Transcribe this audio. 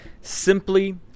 Simply